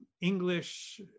English